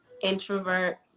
introvert